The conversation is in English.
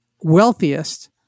wealthiest